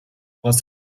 trois